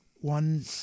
one